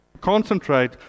Concentrate